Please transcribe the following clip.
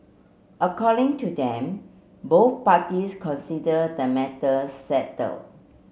according to them both parties consider the matter settled